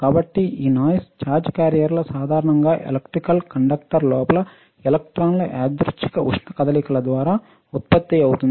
కాబట్టి ఈ noise charge క్యారియర్లు సాధారణంగా ఎలక్ట్రికల్ కండక్టర్ లోపల ఎలక్ట్రాన్ల యాదృచ్ఛిక ఉష్ణ కదలిక ల ద్వారా ఉత్పత్తి అవుతుంది